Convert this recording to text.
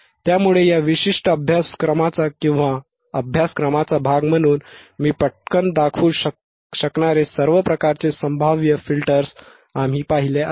त्यामुळे या विशिष्ट अभ्यासक्रमाचा किंवा अभ्यासक्रमाचा भाग म्हणून मी पटकन दाखवू शकणारे सर्व प्रकारचे संभाव्य फिल्टर्स आम्ही पाहिले आहेत